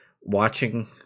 watching